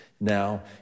now